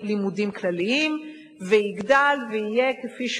אם אכן אנחנו מדברים רק על 20,000 תלמידים אל מול מיליון וחצי אחרים,